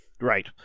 Right